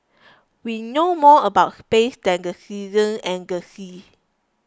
we know more about space than the season and the sea